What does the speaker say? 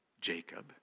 Jacob